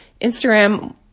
Instagram